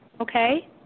okay